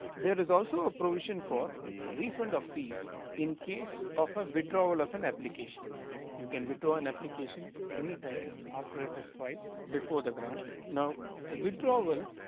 there is also a provision for refund of fees in case of a withdrawal of an application you can draw an application anytime after it is filed before the grant now the withdrawal